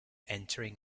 entering